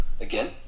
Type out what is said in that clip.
again